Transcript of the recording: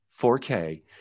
4k